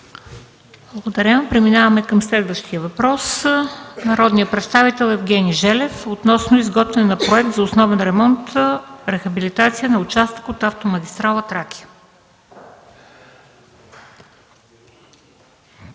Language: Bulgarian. Благодаря. Преминаваме към следващия въпрос от народния представител Евгений Желев относно изготвяне на проект за основен ремонт и рехабилитация на участък от автомагистрала „Тракия”.